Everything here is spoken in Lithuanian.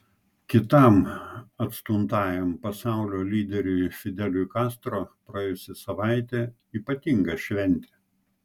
kitam atstumtajam pasaulio lyderiui fideliui kastro praėjusi savaitė ypatinga šventė